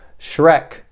Shrek